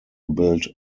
build